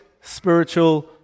spiritual